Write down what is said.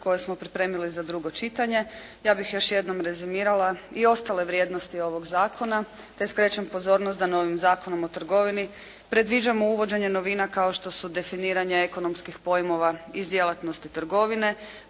koje smo pripremili za drugo čitanje, ja bih još jednom rezimirala i ostale vrijednosti ovog zakona te skrećem pozornost da nad ovim Zakonom o trgovini predviđamo uvođenje novina kao što su definiranje ekonomskih pojmova iz djelatnosti trgovine,